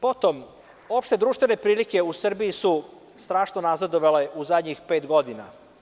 Potom, opšte društvene prilike u Srbiji su strašno nazadovale u zadnjih pet godina.